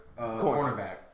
cornerback